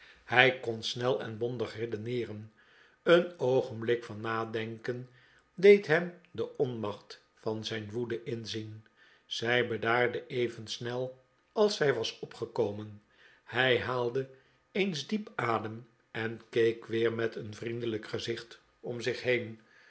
hij kon snel en bondig redeneerenj een oogenblik van nadenken deed hem de onmacht van zijn woede inzien zij bedaarde even snel als zij was opgekomen hij haalde eens diep adem en keek weer met een vriendelijk gezicht om zich heen